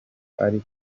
ari